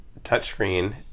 touchscreen